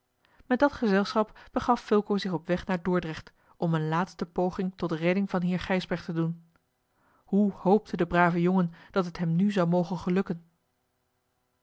met dat gezelschap begaf fulco zich op weg naar dordrecht om eene laatste poging tot redding van heer gijsbrecht te doen hoe hoopte de brave jongen dat het hem nu zou mogen gelukken